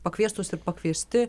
pakviestos ir pakviesti